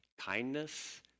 kindness